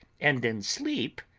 and in sleep,